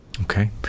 Okay